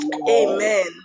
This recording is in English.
Amen